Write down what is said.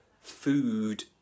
food